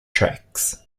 tracks